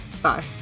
Bye